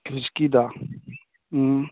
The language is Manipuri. ꯈ꯭ꯔꯤꯁꯀꯤꯗ ꯎꯝ